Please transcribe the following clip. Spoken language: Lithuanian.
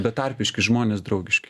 betarpiški žmonės draugiški